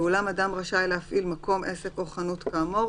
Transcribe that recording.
ואולם אדם רשאי להפעיל מקום, עסק או חנות כאמור,